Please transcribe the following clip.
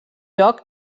joc